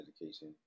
education